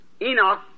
Enoch